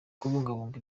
kubungabunga